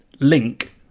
Link